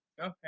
Okay